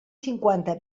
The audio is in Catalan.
cinquanta